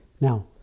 Now